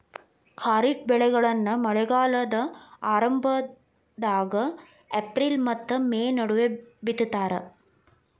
ಖಾರಿಫ್ ಬೆಳೆಗಳನ್ನ ಮಳೆಗಾಲದ ಆರಂಭದಾಗ ಏಪ್ರಿಲ್ ಮತ್ತ ಮೇ ನಡುವ ಬಿತ್ತತಾರ